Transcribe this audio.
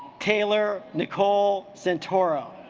taylor nicole santoro